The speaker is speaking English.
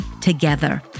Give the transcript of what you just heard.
together